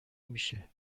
میشه